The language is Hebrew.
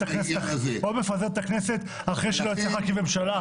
או מפזר את הכנסת אחרי שלא הצליח להקים ממשלה,